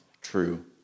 true